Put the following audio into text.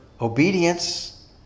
obedience